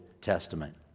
Testament